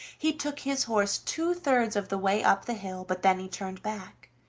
he took his horse two-thirds of the way up the hill, but then he turned back.